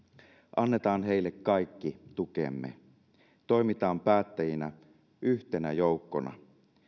annetaan heille kaikki tukemme toimitaan päättäjinä yhtenä joukkona